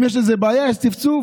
אם יש איזו בעיה, יש צפצוף,